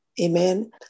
amen